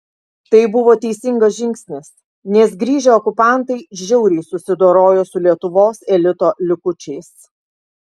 tai buvo teisingas žingsnis nes grįžę okupantai žiauriai susidorojo su lietuvos elito likučiais